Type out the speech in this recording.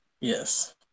Yes